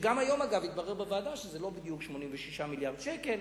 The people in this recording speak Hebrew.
ואגב היום התברר בוועדה שזה לא בדיוק 86 מיליארד שקל,